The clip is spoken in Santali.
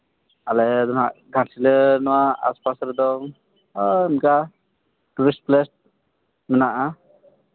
ᱟᱞᱮ ᱱᱚᱣᱟ ᱜᱷᱟᱴᱥᱤᱞᱟᱹ ᱟᱥᱯᱟᱥ ᱨᱮᱫᱚ ᱚᱱᱠᱟ ᱴᱩᱨᱤᱥᱴ ᱯᱞᱮᱥ ᱢᱮᱱᱟᱜᱼᱟ